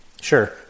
Sure